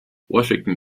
washington